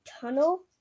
tunnel